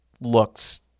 looks